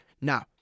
Now